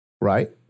Right